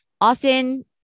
Austin